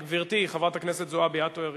גברתי, חברת הכנסת זועבי, את הראשונה.